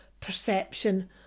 perception